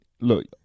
Look